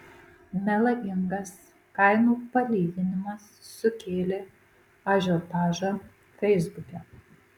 melagingas kainų palyginimas sukėlė ažiotažą feisbuke